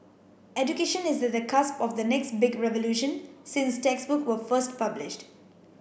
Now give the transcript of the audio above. education is at the cusp of the next big revolution since textbook were first published